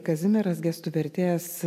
kazimieras gestų vertėjas